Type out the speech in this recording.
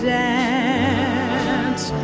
dance